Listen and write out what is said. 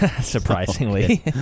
surprisingly